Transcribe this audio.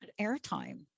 airtime